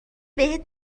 بهت